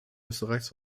österreichs